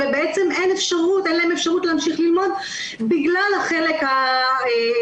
ובעצם אין להם אפשרות להמשיך ללמוד בגלל החלק הכספי.